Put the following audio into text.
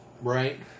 Right